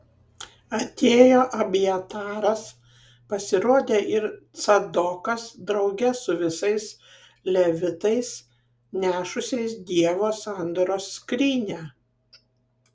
atėjo abjataras pasirodė ir cadokas drauge su visais levitais nešusiais dievo sandoros skrynią